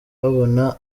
babona